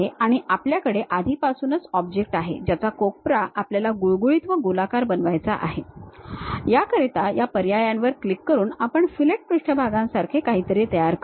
आणि आपल्याकडे आधीपासूनच एक ऑब्जेक्ट आहे ज्याचा कोपरा आपल्याला गुळगुळीत व गोलाकार बनवायचा आहे याकरिता या पर्यायांवर क्लिक करून आपण फिलेट पृष्ठभागासारखे काहीतरी तयार करतो